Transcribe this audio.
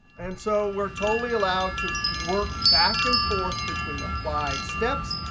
and so we're totally allowed to work back and forth between applied steps,